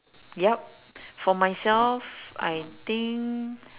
yup for myself I think